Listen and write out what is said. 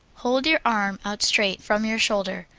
hold your arm out straight from your shoulder.